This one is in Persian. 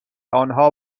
آنها